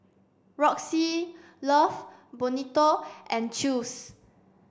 Roxy Love Bonito and Chew's